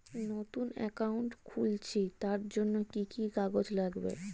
নতুন অ্যাকাউন্ট খুলছি তার জন্য কি কি কাগজ লাগবে?